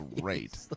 great